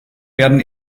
werden